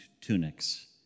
tunics